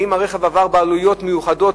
האם הרכב עבר בעלויות מיוחדות,